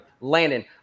Landon